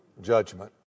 judgment